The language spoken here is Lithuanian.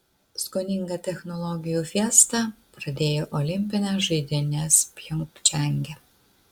skoninga technologijų fiesta pradėjo olimpines žaidynes pjongčange